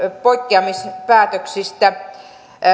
poikkeamispäätöksistä